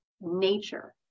nature